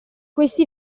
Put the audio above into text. questi